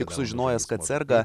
tik sužinojęs kad serga